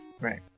Right